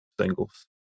singles